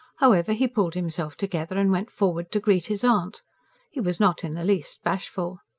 however he pulled himself together and went forward to greet his aunt he was not in the least bashful.